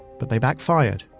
but they backfired.